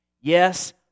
Yes